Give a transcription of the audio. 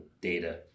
data